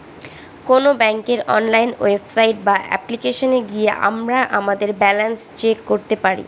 কোন ব্যাঙ্কের online website বা অ্যাপ্লিকেশনে গিয়ে আমরা আমাদের ব্যালান্স চেক করতে পারি